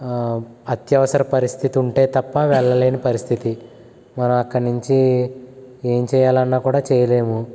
అత్యవసర పరిస్థితి ఉంటే తప్ప వెళ్ళలేని పరిస్థితి మనం అక్కడి నుంచి ఏమి చేయాలన్నా కూడా చేయలేము